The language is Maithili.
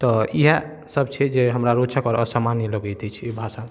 तऽ इएह सभ छै जे हमरा रोचक आओर असामान्य लगैत अछि एहि भाषामे